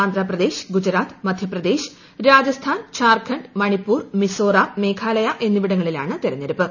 ആന്ധ്രപ്രദേശ്കൃ ഗുജറാത്ത് മധ്യപ്രദേശ് രാജസ്ഥാൻ ് ഝാർഖണ്ഡ് മണിപ്പൂർ ട്രമിസോറം മേഘാലയ എന്നിവിടങ്ങളിലാണ് തിരഞ്ഞെടുപ്പ്